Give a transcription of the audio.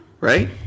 Right